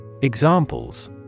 Examples